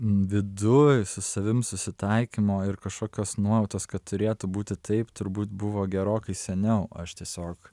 viduj su savim susitaikymo ir kažkokios nuojautos kad turėtų būti taip turbūt buvo gerokai seniau aš tiesiog